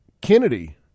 Kennedy